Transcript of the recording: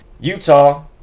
Utah